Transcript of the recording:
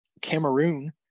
Cameroon